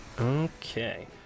Okay